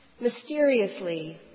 Mysteriously